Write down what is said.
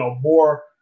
more